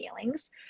feelings